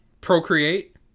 Procreate